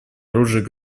оружием